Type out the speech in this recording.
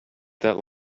that